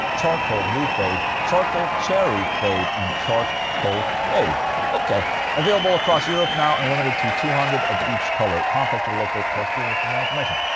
charcoal blue fade, charcoal cherry fade and charcoal fade ok. available across europe now and limited to two hundred of each color contact your local dealer for more information.